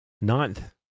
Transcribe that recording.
Ninth